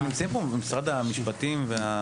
משרד המשפטים נמצא כאן?